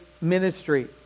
ministry